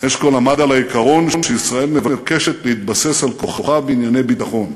אשכול עמד על העיקרון שישראל מבקשת להתבסס על כוחה בענייני ביטחון.